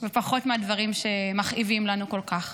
ופחות מהדברים שמכאיבים לנו כל כך.